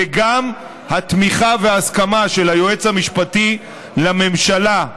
וגם התמיכה וההסכמה של היועץ המשפטי לממשלה,